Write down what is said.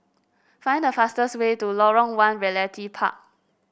find the fastest way to Lorong One Realty Park